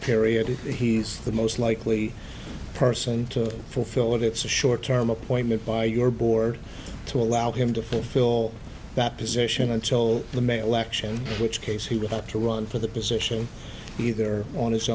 period he's the most likely person to fulfill it it's a short term appointment by your board to allow him to fulfill that position and so the may elections which case he would have to run for the position either on his